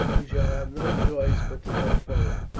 we shall have no choice but to go forward.